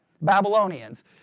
Babylonians